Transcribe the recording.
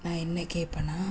நான் என்ன கேட்பேன்னா